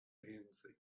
więcej